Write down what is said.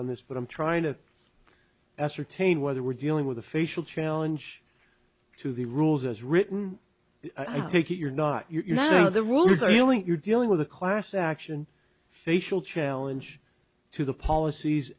on this but i'm trying to ascertain whether we're dealing with a facial challenge to the rules as written i take it you're not you're not the rules are you doing you're dealing with a class action facial challenge to the policies